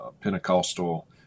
Pentecostal